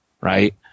right